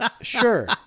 Sure